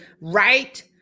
right